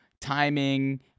timing